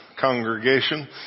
congregation